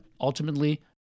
ultimately